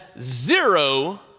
zero